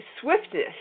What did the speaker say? swiftness